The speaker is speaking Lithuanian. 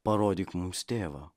parodyk mums tėvą